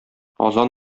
азан